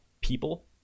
people